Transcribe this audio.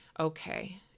Okay